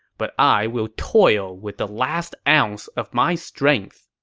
but i will toil with the last ounce of my strength.